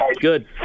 Good